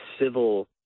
civil